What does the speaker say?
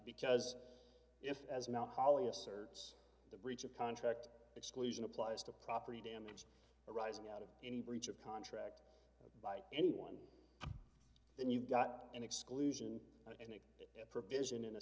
because if as mount holly asserts the breach of contract exclusion applies to property damage arising out of any breach of contract by anyone then you've got an exclusion provision in a